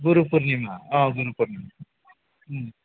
Guru Purnima Guru Purnima